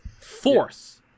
Force